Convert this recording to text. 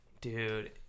Dude